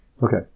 Okay